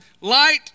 light